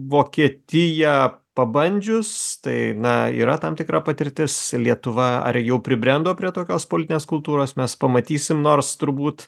vokietiją pabandžius tai na yra tam tikra patirtis lietuva ar jau pribrendo prie tokios politinės kultūros mes pamatysim nors turbūt